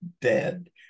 dead